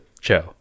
Cho